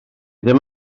ddim